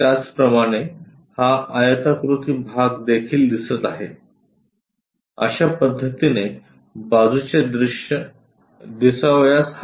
त्याचप्रमाणे हा आयताकृती भाग देखील तेथे दिसत आहे अशा पद्धतीने बाजूचे दृश्य दिसावयास हवे